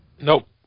Nope